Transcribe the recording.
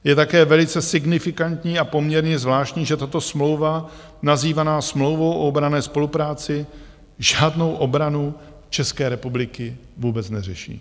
Je také velice signifikantní a poměrně zvláštní, že tato smlouva nazývaná smlouvou o obranné spolupráci žádnou obranu České republiky vůbec neřeší.